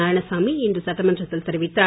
நாராயணசாமி இன்று சட்டமன்றத்தில் தெரிவித்தார்